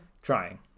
Trying